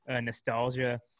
nostalgia